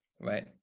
Right